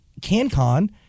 CanCon